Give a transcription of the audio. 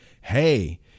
Hey